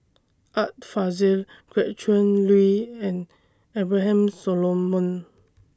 Art Fazil Gretchen Liu and Abraham Solomon